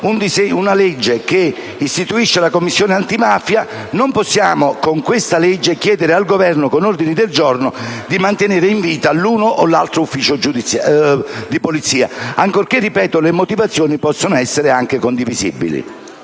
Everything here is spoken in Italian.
una legge che istituisce la Commissione antimafia: non possiamo, con questa legge, chiedere al Governo, attraverso degli ordini del giorno, di mantenere in vita questo o quell'ufficio di polizia, ancorché, ripeto, le motivazioni possano essere anche condivisibili.